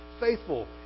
faithful